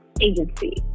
agency